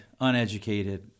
uneducated